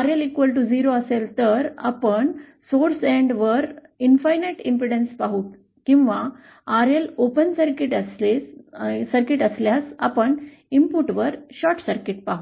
RL0 असेल तर आपण स्त्रोत शेवटी असीम अडथळा पाहू किंवा आरएल ओपन सर्किट असल्यास आपण इनपुटवर शॉर्ट सर्किट पाहू